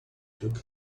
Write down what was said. took